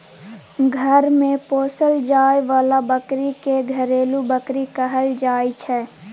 घर मे पोसल जाए बला बकरी के घरेलू बकरी कहल जाइ छै